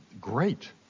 great